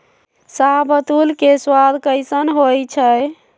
शाहबलूत के सवाद कसाइन्न होइ छइ